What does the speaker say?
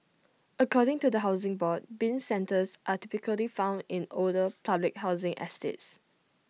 according to the Housing Board Bin centres are typically found in older public housing estates